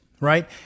right